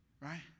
Right